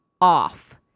off